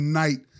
night